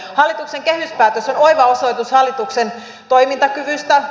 hallituksen kehyspäätös on oiva osoitus hallituksen toimintakyvystä